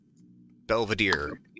Belvedere